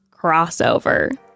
crossover